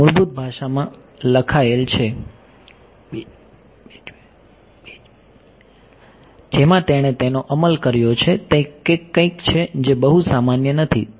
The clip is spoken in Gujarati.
તે મૂળભૂત ભાષામાં લખાયેલ છે જેમાં તેણે તેનો અમલ કર્યો છે તે કંઈક છે જે બહુ સામાન્ય નથી